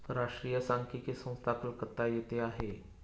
राष्ट्रीय सांख्यिकी संस्था कलकत्ता येथे आहे